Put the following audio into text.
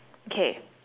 okay